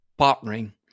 partnering